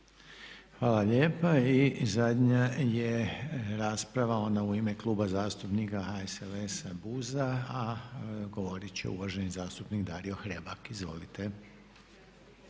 Hvala lijepa. I zadnja je rasprava ona u ime zastupnika HSLS-a, BUZ-a a govoriti će uvaženi zastupnik Dario Hrebak. Izvolite.